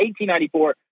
1894